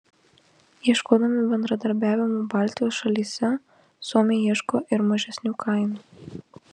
ieškodami bendradarbiavimo baltijos šalyse suomiai ieško ir mažesnių kainų